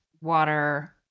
water